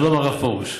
שלום, הרב פרוש.